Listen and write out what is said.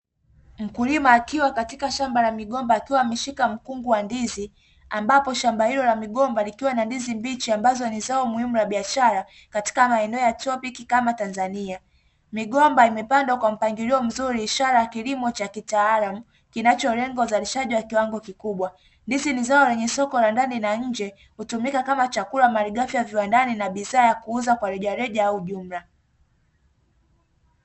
Mkulima akiwa katika shamba la migomba, akiwa ameshika mkungu wa ndizi, ambapo shamba hilo lina ndizi mbichi zao muhimu la biashara katika maeneo ya tropiki kama Tanzania. Migomba imepandwa kwa mpangilio mzuri, ishara ya kilimo cha kitaalamu kinacholenga uzalishaji wa kiwango kikubwa. Ndizi ni zao lenye soko la ndani na la nje; hutumika kama chakula, mali ghafi ya viwandani, na bidhaa ya kuuza kwa rejareja au kwa jumla.